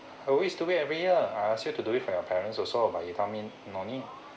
I always do it every year I ask you to do it for your parents also but you tell me no need